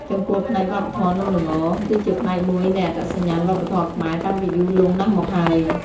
ចំពោះផ្នែកវប្បធម៌នំល្ង គឺជាផ្នែកមួយនៃ អត្តសញ្ញាណវប្បធម៌ខ្មែរ តាំងពីយូរលង់ណាស់មកហើយ។